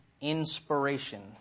inspiration